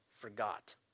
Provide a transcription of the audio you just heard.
forgot